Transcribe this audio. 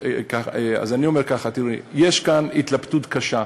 אז אני אומר ככה: תראי, יש כאן התלבטות קשה.